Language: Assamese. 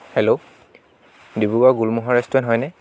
হেল্ল' ডিব্ৰুগড়ৰ গুলমোহৰ ৰেষ্টুৰেণ্ট হয়নে